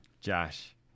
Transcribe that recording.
Josh